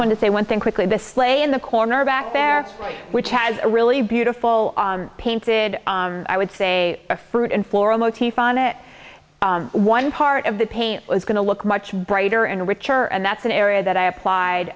want to say one thing quickly the sleigh in the corner back there which has a really beautiful painted i would say a fruit and floral motif on it one part of the paint was going to look much brighter and richer and that's an area that i applied